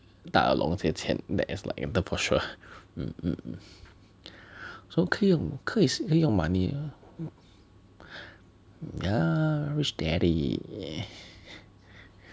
大耳窿借钱 as like in debt for sure so 可以用可以是可以用 money 的 yeah rich daddy yeah